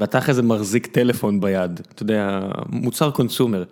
ואתה אחרי זה מחזיק טלפון ביד, אתה יודע, מוצר קונסיומר.